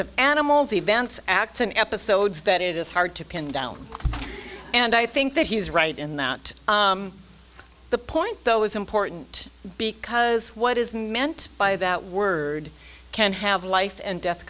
of animals events acts in episodes that it is hard to pin down and i think that he is right in that the point though is important because what is meant by that word can have a life and death